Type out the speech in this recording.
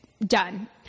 Done